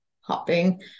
hopping